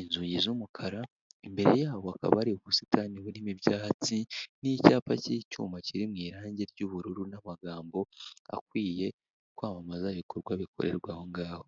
inzugi z'umukara imbere yaho hakaba hari ubusitani burimo ibyatsi, n'icyapa k'icyuma kiri mu irangi ry'ubururu n'amagambo akwiye kwamamaza ibikorwa bikorerwa aho ngaho.